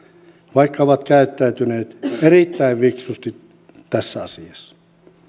vaikka ovat käyttäytyneet erittäin fiksusti tässä asiassa